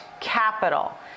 Capital